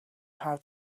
how